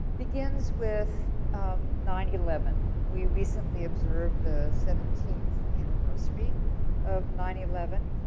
begins with um nine eleven. we recently observed the seventeenth anniversary of nine eleven.